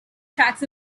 tracks